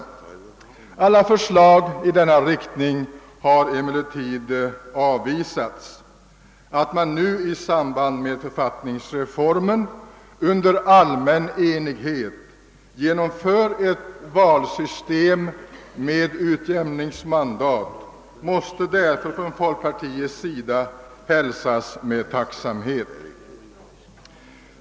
Alla förslag i denna riktning blev emellertid avvisade. Att man nu i samband med författningsreformen under = allmän enighet genomför ett valsystem med utjämningsmandat måste därför av oss i folkpartiet hälsas med tacksamhet.